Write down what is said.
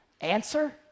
Answer